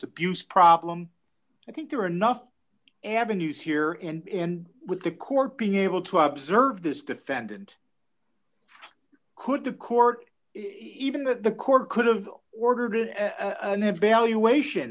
abuse problem i think there are enough avenues here and with the court being able to observe this defendant could the court even though the court could have ordered it and have valuation